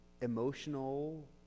Emotional